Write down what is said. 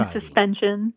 suspension